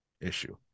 issue